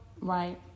Right